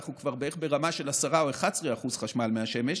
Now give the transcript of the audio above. אנחנו כבר בערך ברמה של 10% או 11% חשמל מהשמש,